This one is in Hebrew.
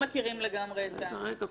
מספיק שאנחנו לא מכירים לגמרי את --- בסדר,